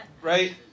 Right